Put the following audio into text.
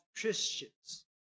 Christians